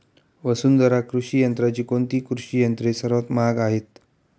वसुंधरा कृषी यंत्राची कोणती कृषी यंत्रे सर्वात महाग आहेत?